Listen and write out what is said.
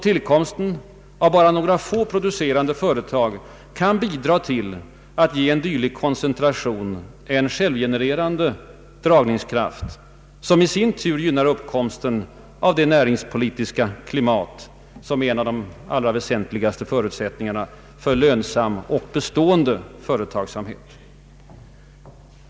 Tillkomsten av bara några få producerande företag kan bidra till att ge en dylikt koncentration en självgenererande dragningskraft, som i sin tur gynnar uppkomsten av det näringspolitiska klimat som är en av de allra väsentligaste förutsättningarna för lönsam och bestående företagsamhet.